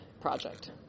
project